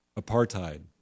apartheid